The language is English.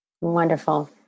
Wonderful